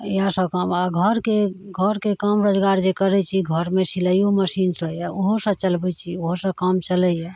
इएहसब काम आओर घरके घरके काम रोजगार जे करै छी घरमे सिलाइओ मशीन सब यऽ ओहोसब चलबै छी ओहोसे काम चलैए